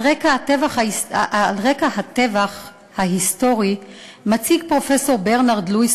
על רקע הטבח ההיסטורי מציג פרופסור ברנרד לואיס